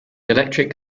electric